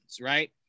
right